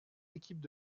équipes